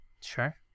Sure